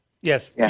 Yes